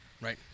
Right